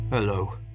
Hello